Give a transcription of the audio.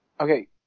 Okay